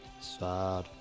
sad